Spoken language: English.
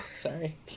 Sorry